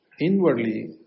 inwardly